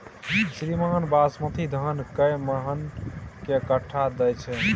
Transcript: श्रीमान बासमती धान कैए मअन के कट्ठा दैय छैय?